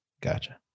gotcha